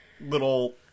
little